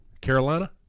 Carolina